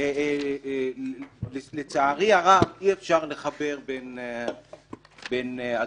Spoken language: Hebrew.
המקצועי בסוגיות משפטיות כאלה ואחרות,